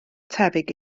tebyg